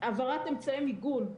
העברת אמצעי מיגון,